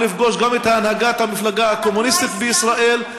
לפגוש גם את הנהגת המפלגה הקומוניסטית בישראל,